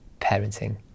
parenting